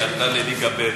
היא עלתה לליגה ב',